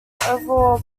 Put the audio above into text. overall